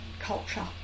culture